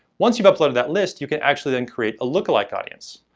once you've uploaded that list, you can actually then create a lookalike audience.